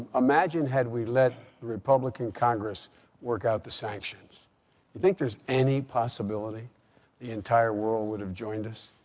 imagine had we let the republican congress work out the sanctions. you think there's any possibility the entire world would have joined us,